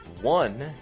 One